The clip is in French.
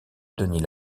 denis